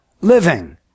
living